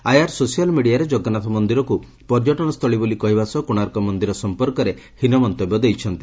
Iyer social ମିଡ଼ିଆରେ ଜଗନ୍ଦାଥ ମନ୍ଦିରକୁ ପର୍ଯ୍ୟଟନସ୍ଚଳୀ ବୋଲି କହିବା ସହ କୋଶାର୍କ ମନ୍ଦିର ସଂପର୍କରେ ହୀନ ମନ୍ତବ୍ୟ ଦେଇଛନ୍ତି